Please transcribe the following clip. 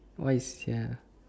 why sia